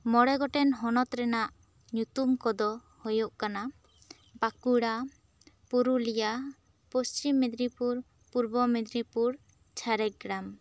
ᱢᱚᱬᱮ ᱜᱚᱴᱟᱝ ᱦᱚᱱᱚᱛ ᱨᱮᱭᱟᱜ ᱧᱩᱛᱩᱢ ᱠᱚ ᱫᱚ ᱦᱩᱭᱩᱜ ᱠᱟᱱᱟ ᱵᱟᱸᱠᱩᱲᱟ ᱯᱩᱨᱩᱞᱤᱟᱹ ᱯᱚᱪᱷᱤᱢ ᱢᱤᱫᱽᱱᱤᱯᱩᱨ ᱯᱩᱨᱵᱚ ᱢᱤᱫᱽᱱᱤᱯᱩᱨ ᱡᱷᱟᱲᱜᱨᱟᱢ